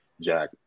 Jack